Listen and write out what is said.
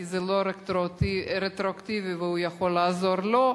כי זה לא רטרואקטיבי והוא לא יכול לעזור לו,